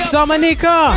Dominica